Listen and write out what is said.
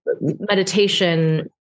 meditation